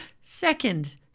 second